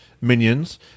minions